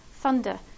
thunder